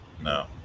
No